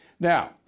Now